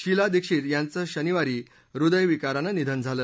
शीला दिक्षित यांचं शनिवारी हृद्यविकारानं निधन झालं